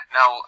Now